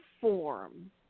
form